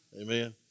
Amen